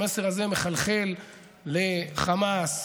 המסר הזה מחלחל לחמאס,